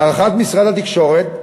להערכת משרד התקשורת,